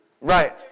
Right